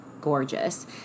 gorgeous